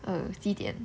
err 几点